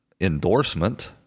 endorsement